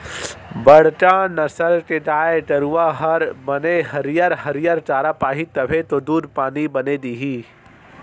बड़का नसल के गाय गरूवा हर बने हरियर हरियर चारा पाही तभे तो दूद पानी बने दिही